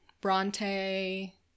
Bronte